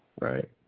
Right